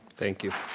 thank you.